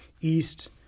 east